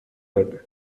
that